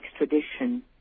extradition